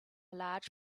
large